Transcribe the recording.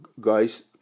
guys